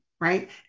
right